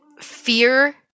Fear